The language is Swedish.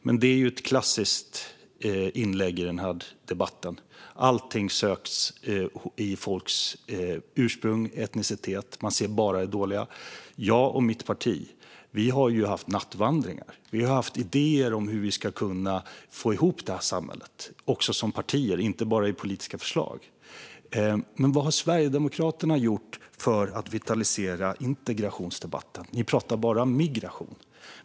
Men det är ett klassiskt inlägg i denna debatt. Allt söks i folks ursprung och etnicitet; man ser bara det dåliga. Jag och mitt parti har haft nattvandringar. Vi har haft idéer om hur vi ska kunna få ihop det här samhället, också som partier och inte bara genom politiska förslag. Men vad har Sverigedemokraterna gjort för att vitalisera integrationsdebatten? Ni pratar bara migration.